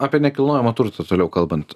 apie nekilnojamą turtą toliau kalbant